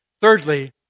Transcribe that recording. Thirdly